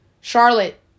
Charlotte